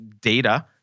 data